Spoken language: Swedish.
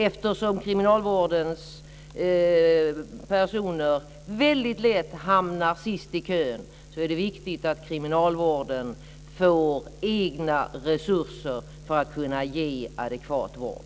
Eftersom kriminalvårdens patienter lätt hamnar sist i kön är det viktigt att kriminalvården får egna resurser för att kunna ge adekvat vård.